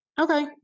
Okay